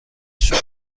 شغل